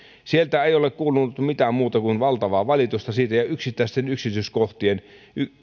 sieltä ei ole kuulunut mitään muuta kuin valtavaa valitusta ja yksittäisten yksityiskohtien